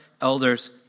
elders